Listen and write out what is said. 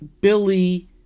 Billy